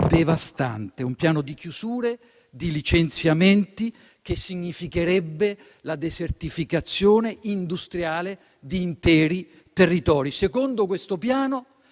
devastante: un piano di chiusure e di licenziamenti che significherebbe la desertificazione industriale di interi territori. Secondo questo piano,